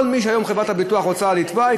כל מי שהיום חברת הביטוח רוצה לתבוע,